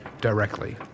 directly